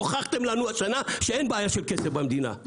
הוכחתם לנו השנה שאין בעיה של כסף במדינה.